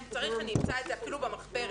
אם צריך אני אמצא את זה אפילו במחברת.